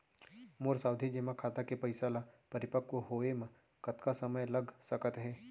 मोर सावधि जेमा खाता के पइसा ल परिपक्व होये म कतना समय लग सकत हे?